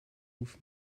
with